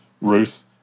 Ruth